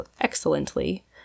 excellently